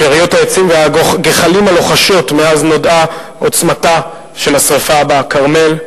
שאריות העצים והגחלים הלוחשות מאז נודעה עוצמתה של השרפה בכרמל,